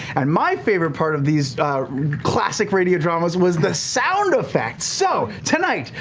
and my favorite part of these classic radio dramas was the sound effects! so tonight,